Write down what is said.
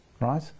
right